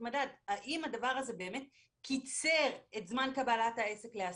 האם הדבר הזה באמת קיצר את זמן קבלת העסק לעסקים,